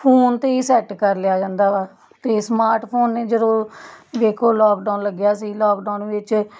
phone 'ਤੇ ਹੀ set ਕਰ ਲਿਆ ਜਾਂਦਾ ਵਾ ਅਤੇ ਸਮਾਰਟਫੋਨ ਨੇ ਜਦੋਂ ਵੇਖੋ ਲਾਕਡਾਊਨ ਲੱਗਿਆ ਸੀ ਲਾਕਡਾਊਨ ਵਿੱਚ